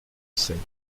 seine